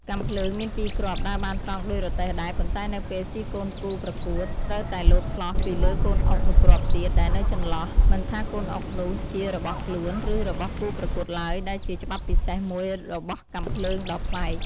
កាំភ្លើង មានពីរគ្រាប់ ដើរបានត្រង់ដូចរទេះដែរ ប៉ុន្តែនៅពេលស៊ីកូនគូប្រកួត ត្រូវតែលោតផ្លោះពីលើកូនអុកមួយគ្រាប់ទៀតដែលនៅចន្លោះ មិនថាកូនអុកនោះជារបស់ខ្លួន ឬរបស់គូប្រកួតឡើយ ដែលជាច្បាប់ពិសេសមួយរបស់កាំភ្លើងដ៏ប្លែក។